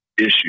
issue